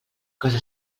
cosa